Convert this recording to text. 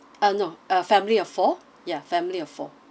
uh no uh family of four ya family of four